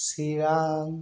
Chirang